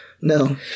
no